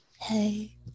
Hey